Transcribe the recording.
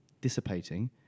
dissipating